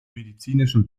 medizinischen